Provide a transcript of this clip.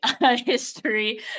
History